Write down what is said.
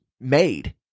made